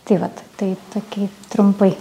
tai vat tai toki trumpai